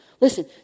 Listen